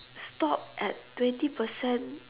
stop at twenty percent